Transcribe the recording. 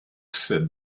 said